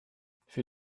für